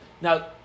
now